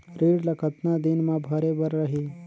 ऋण ला कतना दिन मा भरे बर रही?